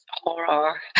horror